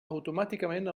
automàticament